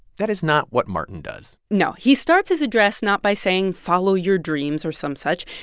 that is not what martin does no. he starts his address not by saying, follow your dreams, or some such.